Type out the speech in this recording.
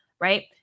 right